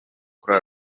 kuri